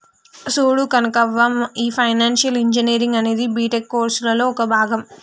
చూడు కనకవ్వ, ఈ financial engineering అనేది బీటెక్ కోర్సులలో ఒక భాగం